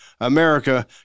America